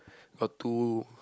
got two